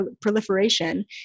proliferation